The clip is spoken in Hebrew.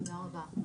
תודה רבה.